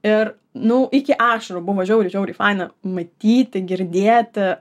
ir nu iki ašarų buvo žiauriai žiauriai faina matyti girdėti